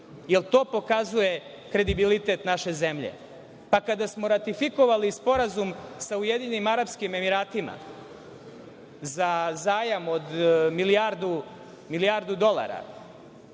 je to pokazuje kredibilitet naše zemlje. Pa, kada smo ratifikovali sporazum sa Ujedinjenim Arapskim Emiratima, za zajam od milijardu dolara